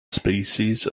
species